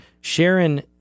Sharon